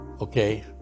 Okay